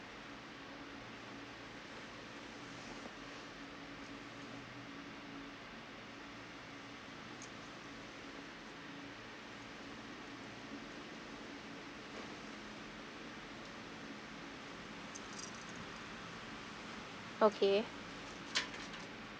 okay